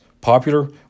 popular